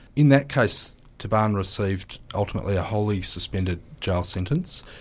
in that case taban received ultimately a wholly-suspended jail sentence,